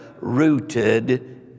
rooted